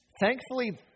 Thankfully